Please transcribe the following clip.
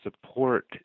support